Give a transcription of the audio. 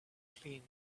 clean